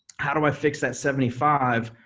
how do i fix that seventy five?